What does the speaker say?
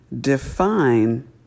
define